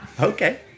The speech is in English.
Okay